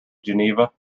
geneva